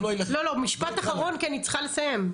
לא, לא, משפט אחרון, כי אני צריכה לסיים.